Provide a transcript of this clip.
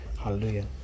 Hallelujah